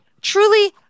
truly